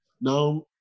Now